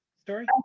story